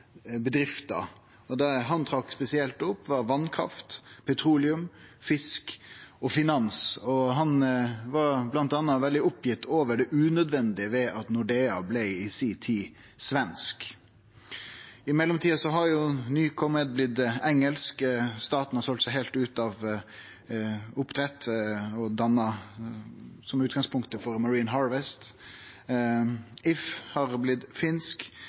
Det han spesielt trekte fram, var vasskraft, petroleum, fisk og finans, og han var bl.a. veldig oppgitt over det unødvendige ved at Nordea i si tid blei svensk. I mellomtida er Nycomed blitt engelsk, staten har selt seg heilt ut av oppdrett, som er utgangspunktet for Marine Harvest, If er blitt finsk,